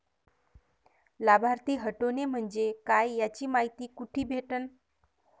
लाभार्थी हटोने म्हंजे काय याची मायती कुठी भेटन?